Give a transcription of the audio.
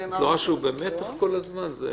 הרגיל: בהנחיות היועץ המשפטי עמדנו ב-97%, מספיק.